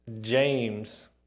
James